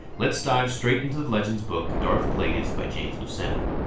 let's dive straight into the legends book darth plagueis by james luciano.